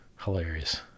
Hilarious